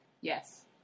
Yes